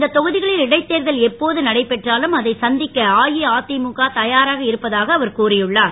இந்தத் தொகுதிகளில் இடைத்தேர்தல் எப்போது நடைபெற்றாலும் அதை சந்திக்க அஇஅதிமுக தயாராக இருப்பதாக அவர் கூறியுள்ளார்